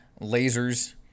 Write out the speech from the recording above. lasers